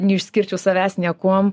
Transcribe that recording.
neišskirčiau savęs niekuo